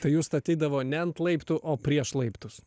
tai jus statydavo ne ant laiptų o prieš laiptus